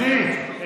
גברתי,